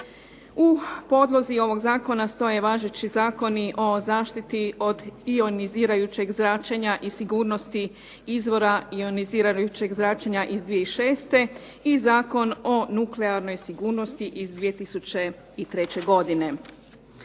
U podlozi ovog zakona stoje važeći zakoni o zaštiti od ionizirajućeg zračenja i sigurnosti izvora ionizirajućeg zračenja iz 2006. i Zakon o nuklearnoj sigurnosti iz 2003. godine.